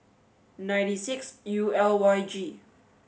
ninety six U L Y G